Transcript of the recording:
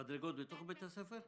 המדרגות נמצאות בתוך בית הספר?